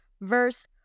verse